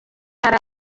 hari